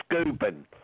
Scooping